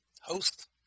host